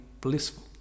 blissful